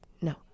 No